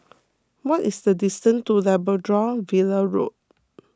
what is the distance to Labrador Villa Road